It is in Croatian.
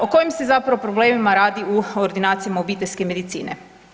O kojim se zapravo problemima radi u ordinacijama obiteljske medicine?